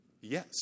Yes